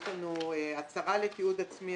יש לנו הצהרה לתיעוד עצמי,